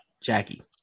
Jackie